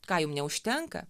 ką jum neužtenka